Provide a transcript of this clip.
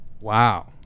Wow